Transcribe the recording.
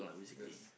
yes